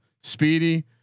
speedy